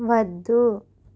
వద్దు